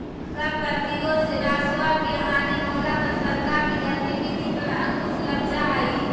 कर प्रतिरोध से राजस्व के हानि होला पर सरकार के गतिविधि पर अंकुश लग जा हई